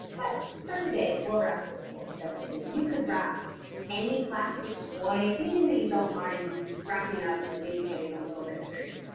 but for today, we'll wrap this whole skeleton. you could wrap any plastic toy, anything that you don't mind wrapping up and maybe getting a little bit dirty.